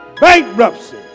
bankruptcy